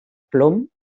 plom